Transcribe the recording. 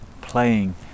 playing